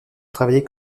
travailler